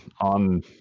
on